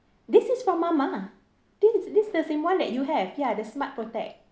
this is from mama this is this is the same [one] that you have ya the Smart Protect